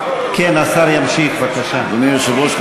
אדוני היושב-ראש,